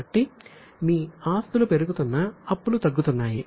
కాబట్టి మీ ఆస్తులు పెరుగుతున్నా అప్పులు తగ్గుతున్నాయి